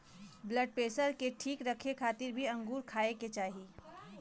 blood pressure के ठीक रखे खातिर भी अंगूर खाए के चाही